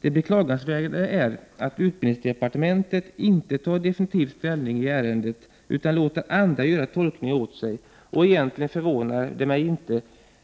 Det beklagansvärda är att utbildningsdepartementet inte tar definitiv ställning i ärendet utan låter andra göra tolkningen åt sig. Men egentligen förvånar det mig inte,